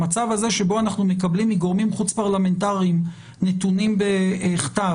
המצב הזה שבו אנחנו מקבלים מגורמי חוץ פרלמנטריים נתונים בכתב